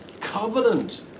covenant